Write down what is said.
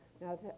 Now